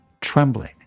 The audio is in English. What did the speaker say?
trembling